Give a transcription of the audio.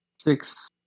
six